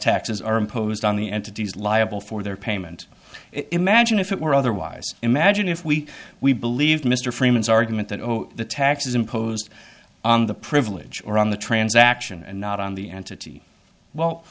taxes are imposed on the entities liable for their payment imagine if it were otherwise imagine if we we believe mr freeman's argument that the taxes imposed on the privilege are on the transaction and not on the entity well